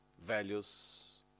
values